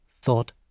thought